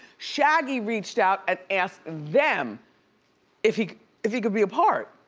shaggy reached out and asked them if he if he could be a part,